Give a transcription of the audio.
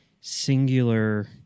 singular